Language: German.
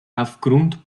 aufgrund